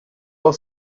auch